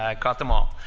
ah caught them all.